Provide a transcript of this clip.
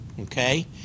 Okay